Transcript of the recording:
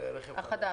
לרכב חדש.